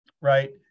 right